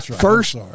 first